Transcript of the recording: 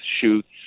shoots